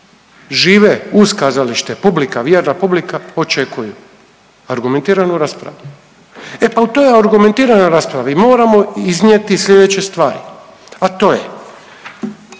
žive uz kazalište, publika, vjerna publika očekuju. Argumentiranu raspravu. E pa u toj argumentiranoj raspravi moramo iznijeti slijedeće stvari, a to je.